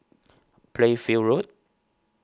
Playfair Road